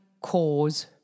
cause